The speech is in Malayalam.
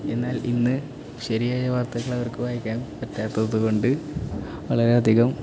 എന്നാൽ ഇന്ന് ശരിയായ വാർത്തകൾ അവർക്ക് വായിക്കാൻ പറ്റാത്തത് കൊണ്ട് വളരെയധികം